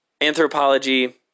anthropology